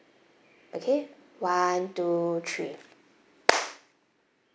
okay one two three